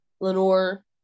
Lenore